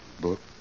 Book